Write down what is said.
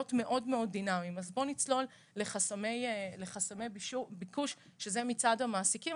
אז בוא נצלול לחסמי ביקוש, שזה מצד המעסיקים.